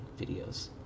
videos